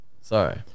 Sorry